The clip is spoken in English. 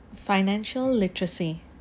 financial literacy